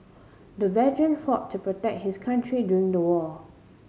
the veteran fought to protect his country during the war